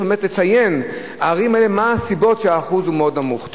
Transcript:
לציין מה הסיבות שהאחוז נמוך בערים האלה.